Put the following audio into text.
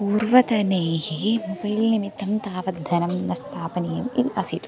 पूर्वतनैः will निमित्तं तावद्धनं न स्थापनीयम् इति आसीत्